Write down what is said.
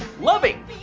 loving